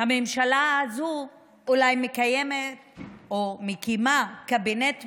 הממשלה הזו אולי מקיימת או מקימה קבינט מגדרי,